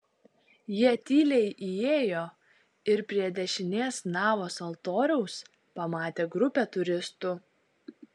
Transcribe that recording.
jie tyliai įėjo ir prie dešinės navos altoriaus pamatė grupę turistų